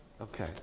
Okay